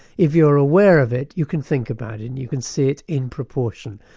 if you're aware of it, you can think about it, and you can see it in proportion.